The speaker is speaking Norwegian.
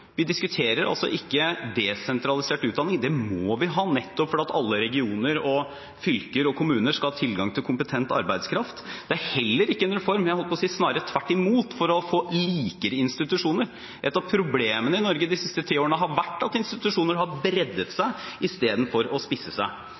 Vi diskuterer altså ikke desentralisert utdanning. Det må vi ha, nettopp fordi alle regioner, fylker og kommuner skal ha tilgang til kompetent arbeidskraft. Det er heller ikke en reform for å få likere institusjoner – snarere tvert imot. Et av problemene i Norge de siste ti årene har vært at institusjoner har breddet seg i stedet for å spisse seg.